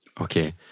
Okay